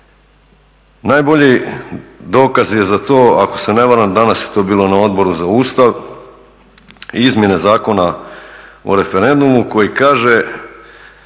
Najbolji dokaz je za to ako se ne varam, danas je to bilo na Odboru za Ustav Izmjene zakona o referendumu koji kaže